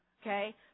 Okay